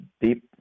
deep